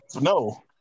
no